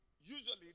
usually